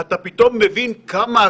"פרטי בקשה לקבלת סיוע" הפרטים כמפורט להלן,